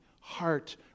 heart